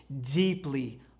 deeply